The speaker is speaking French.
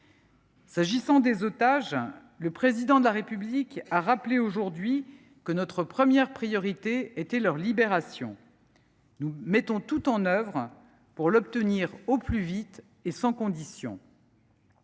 S’agissant des otages, le Président de la République a rappelé aujourd’hui que notre première priorité était leur libération. Nous mettons tout en œuvre pour l’obtenir au plus vite et sans condition.